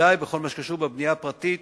ובוודאי בכל מה שקשור לבנייה הפרטית,